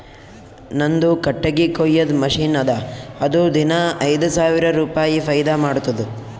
ನಂದು ಕಟ್ಟಗಿ ಕೊಯ್ಯದ್ ಮಷಿನ್ ಅದಾ ಅದು ದಿನಾ ಐಯ್ದ ಸಾವಿರ ರುಪಾಯಿ ಫೈದಾ ಮಾಡ್ತುದ್